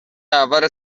اول